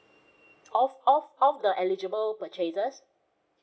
of of of the eligible purchases